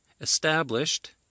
established